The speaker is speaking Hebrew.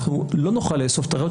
אנחנו לא נוכל לאסוף את הראיות.